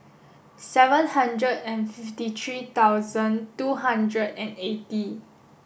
seven hundred and fifty three thousand two hundred and eighty